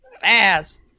fast